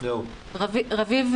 רביב,